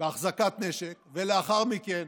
בהחזקת נשק ולאחר מכן